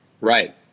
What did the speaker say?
Right